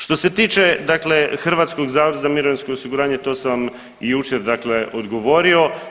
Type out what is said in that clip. Što se tiče, dakle Hrvatskog zavoda za mirovinsko osiguranje to sam vam i jučer, dakle odgovorio.